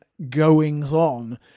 goings-on